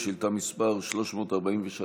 שאילתה מס' 343,